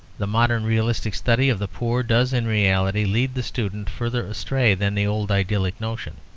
the modern realistic study of the poor does in reality lead the student further astray than the old idyllic notion.